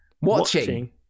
Watching